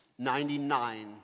99